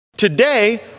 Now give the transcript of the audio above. Today